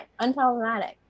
Unproblematic